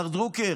מר דרוקר,